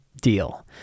deal